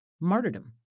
martyrdom